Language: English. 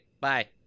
bye